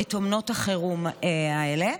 את אומנות החירום האלה.